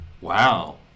Wow